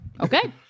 Okay